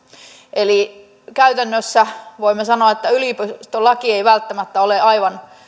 eli käytännössä voimme sanoa että yliopistolaki ei välttämättä ole aivan